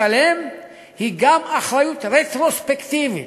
משלם" היא גם אחריות רטרוספקטיבית.